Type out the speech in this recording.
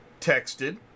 texted